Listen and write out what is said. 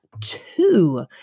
two